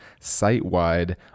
site-wide